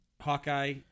Hawkeye